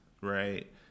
right